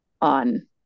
on